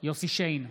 יוסף שיין,